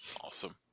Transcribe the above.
Awesome